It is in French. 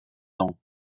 ans